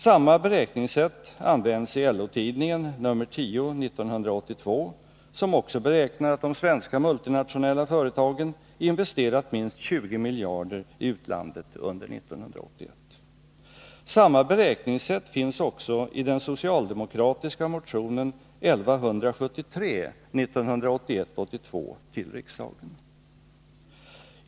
Samma beräkningssätt används i LO-Tidningen nr 10 1982, som också beräknar att de svenska multinationella företagen investerat minst 20 miljarder i utlandet under 1981. Samma beräkningssätt finns också i den socialdemokratiska motionen 1981/82:1173 till riksdagen.